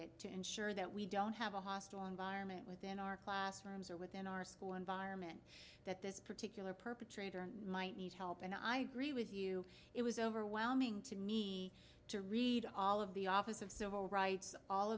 it to ensure that we don't have a hostile environment within our classrooms or within our school environment particular perpetrator might need help and i agree with you it was overwhelming to me to read all of the office of civil rights all